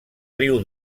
riu